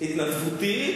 התנדבותית,